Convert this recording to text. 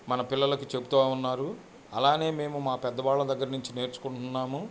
మన పిల్లలకు చెబుతూ ఉన్నారు అలానే మేము మా పెద్దవాళ్ళ దగ్గర్నుంచి నేర్చుకుంట్నాము